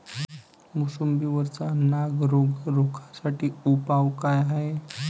मोसंबी वरचा नाग रोग रोखा साठी उपाव का हाये?